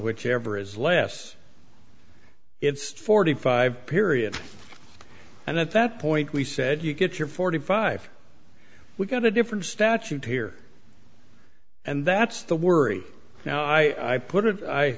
whichever is less it's forty five period and at that point we said you get your forty five we've got a different statute here and that's the worry now i put it i